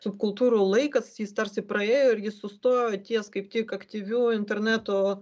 subkultūrų laikas jis tarsi praėjo ir jis sustojo ties kaip tik aktyviu interneto